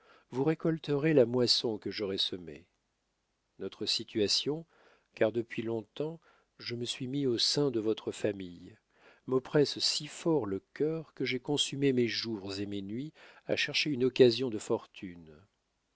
vous récolterez la moisson que j'aurai semée notre situation car depuis long-temps je me suis mis au sein de votre famille m'oppresse si fort le cœur que j'ai consumé mes jours et mes nuits à chercher une occasion de fortune